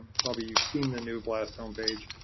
probably you've seen the new blast homepage,